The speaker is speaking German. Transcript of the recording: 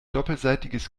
doppelseitiges